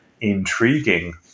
Intriguing